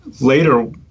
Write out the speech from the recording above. Later